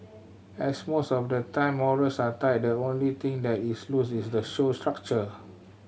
as most of the time morals are tight the only thing that is loose is the show's structure